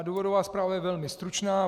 Důvodová zpráva je velmi stručná.